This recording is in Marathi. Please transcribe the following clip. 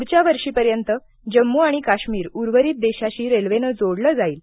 पुढच्या वर्षी पर्यंत जम्मू आणि काश्मीर उर्वरित देशाशी रेल्वेनं जोडलं जाईल